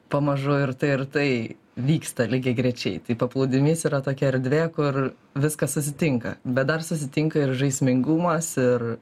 pamažu ir tai ir tai vyksta lygiagrečiai tai paplūdimys yra tokia erdvė kur viskas susitinka bet dar susitinka ir žaismingumas ir